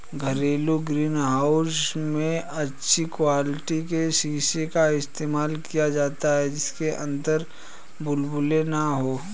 घरेलू greenhouse में अच्छी क्वालिटी के शीशे का इस्तेमाल किया जाता है जिनके अंदर बुलबुले ना हो